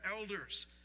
elders